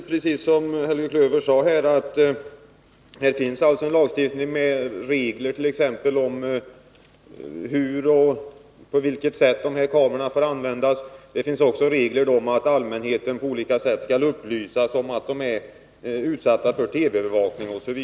Precis som Helge Klöver sade finns det en lagstiftning med regler t.ex. för hur kamerorna skall användas. Det finns också regler som innebär att allmänheten på olika sätt skall upplysas om att den är utsatt för TV övervakning.